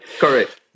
Correct